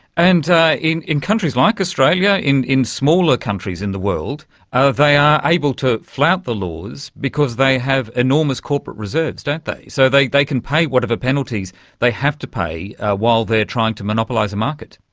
and in in countries like australia, in in smaller countries in the world, ah they are able to flout the laws because they have enormous corporate reserves, don't they. so they they can pay whatever penalties they have to pay ah while they are trying to monopolise a market.